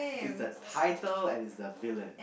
it's the title and he's the villain